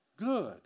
good